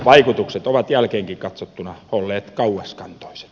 vaikutukset ovat jälkeenkin katsottuna olleet kauaskantoiset